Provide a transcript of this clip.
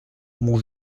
mon